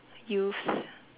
youths